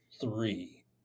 three